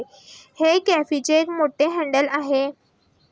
हेई फॉकचे एक मोठे हँडल आहे